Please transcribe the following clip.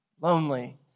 Lonely